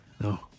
No